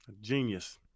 Genius